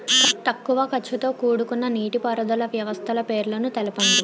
తక్కువ ఖర్చుతో కూడుకున్న నీటిపారుదల వ్యవస్థల పేర్లను తెలపండి?